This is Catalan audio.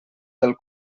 del